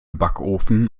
backofen